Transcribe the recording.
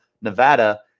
Nevada